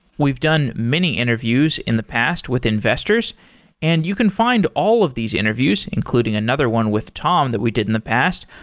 we've done many interviews in the past with investors and you can find all of these interviews, including another one with tom that we did in the past,